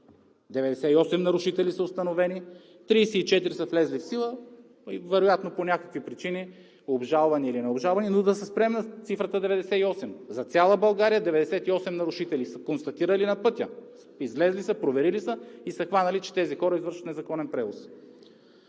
98 нарушители, съставени са 98 акта, 34 са влезли в сила, вероятно по някакви причини – обжалвани или необжалвани. Да се спрем на цифрата 98. За цяла България 98 нарушители са констатирани на пътя. Излезли са, проверили са и са хванали, че тези хора извършват незаконен превоз.